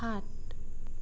সাত